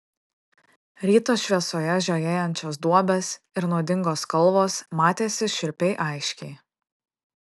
ryto šviesoje žiojėjančios duobės ir nuodingos kalvos matėsi šiurpiai aiškiai